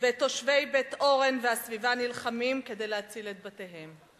ושל תושבי בית-אורן והסביבה נלחמים כדי להציל את בתיהם.